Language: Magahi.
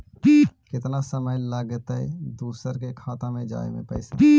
केतना समय लगतैय दुसर के खाता में जाय में पैसा?